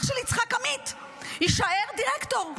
אח של יצחק עמית יישאר דירקטור.